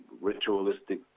ritualistic